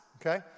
okay